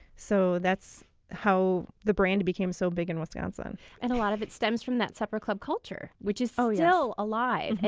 so that's how the brand became so big in wisconsin and a lot of it stems from that supper club culture, which is yeah still alive. and